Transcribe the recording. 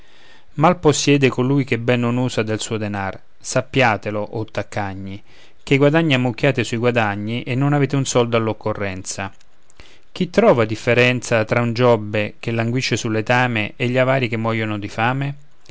mal possiede colui che ben non usa del suo denar sappiatelo o taccagni che i guadagni ammucchiate sui guadagni e non avete un soldo all'occorrenza chi trova differenza tra un giobbe che languisce sul letame e gli avari che muoiono di fame